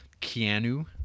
Keanu